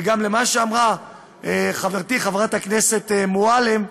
וגם, כמו שאמרה חברתי חברת הכנסת מועלם,